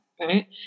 Right